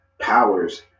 powers